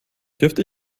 dürfte